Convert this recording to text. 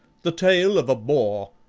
the tail of a boar,